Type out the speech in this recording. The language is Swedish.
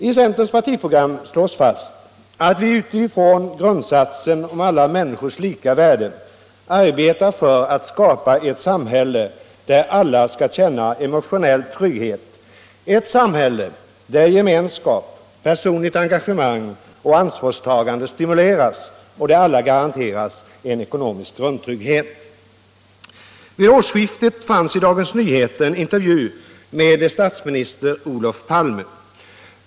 I centerns partiprogram slås fast att vi utifrån grundsatsen om alla människors lika värde arbetar för att skapa ett samhälle där alla skall känna emotionell trygghet — ett samhälle där gemenskap, personligt engagemang och ansvarstagande stimuleras och där alla garanteras ekonomisk grundtrygghet. Vid årsskiftet fanns i Dagens Nyheter en intervju med statsminister Olof Palme.